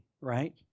right